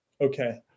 okay